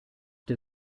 der